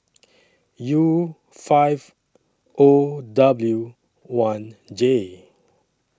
U five O W one J